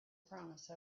promise